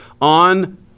on